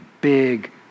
big